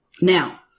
Now